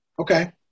Okay